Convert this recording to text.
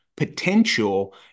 Potential